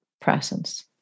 presence